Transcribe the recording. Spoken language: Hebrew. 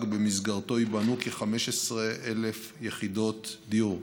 שבמסגרתו ייבנו כ-15,000 יחידות דיור,